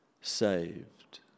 saved